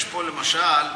יש פה, למשל: